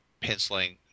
penciling